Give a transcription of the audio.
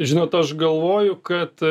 žinot aš galvoju kad